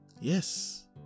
Yes